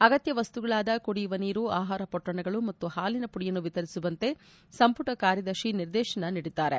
ಅಗತ್ಯ ವಸ್ತುಗಳಾದ ಕುಡಿಯುವ ನೀರು ಆಹಾರ ಮೊಟ್ವಣಗಳು ಮತ್ತು ಪಾಲಿನ ಮುಡಿ ಯನ್ನು ವಿತರಿಸುವಂತೆ ಸಂಮಟ ಕಾರ್್ತದರ್ಶಿ ನಿರ್ದೇತನ ನೀಡಿದ್ದಾರೆ